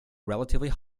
relatively